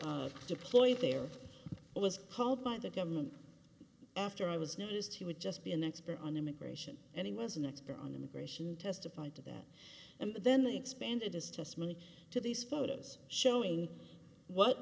to deploy there was called by the government after i was noticed he would just be an expert on immigration and he was an expert on immigration testified to that and then they expanded his testimony to these photos showing what